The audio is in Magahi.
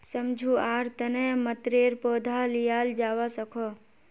सम्झुआर तने मतरेर पौधा लियाल जावा सकोह